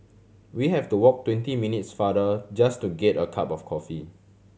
we have to walk twenty minutes farther just to get a cup of coffee